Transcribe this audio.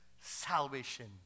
salvation